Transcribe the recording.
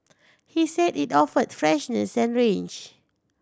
he said it offered freshness and range